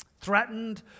threatened